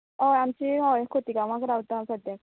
हय आमची हय खोतिगांवाक रावता हांव सद्द्याक